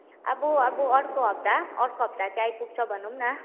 आब अब अर्को हप्ता अर्को हप्ता चाहिँ आइपुग्छ भनौँ न